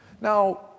Now